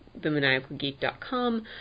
themaniacalgeek.com